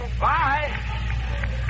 Bye